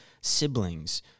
siblings